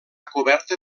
coberta